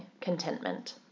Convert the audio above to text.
contentment